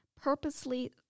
purposely